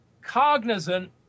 cognizant